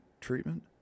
treatment